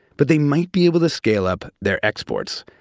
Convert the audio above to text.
but they might be able to scale up their exports.